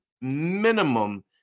minimum